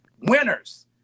winners